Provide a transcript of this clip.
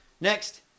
next